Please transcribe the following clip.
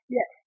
Yes